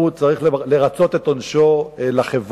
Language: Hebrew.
שבהם הוא צריך לרצות את עונשו לחברה,